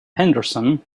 henderson